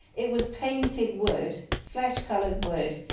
it was painted wood, flesh-colored wood,